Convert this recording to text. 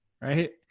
right